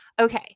okay